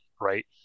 right